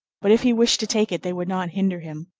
but if he wished to take it they would not hinder him.